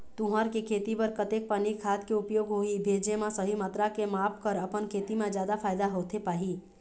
तुंहर के खेती बर कतेक पानी खाद के उपयोग होही भेजे मा सही मात्रा के माप कर अपन खेती मा जादा फायदा होथे पाही?